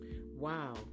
Wow